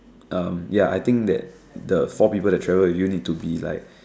um ya I think that the four people that travel with you need to be like